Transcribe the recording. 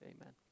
Amen